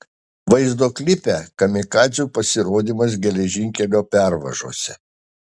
vaizdo klipe kamikadzių pasirodymas geležinkelio pervažose